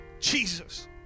Jesus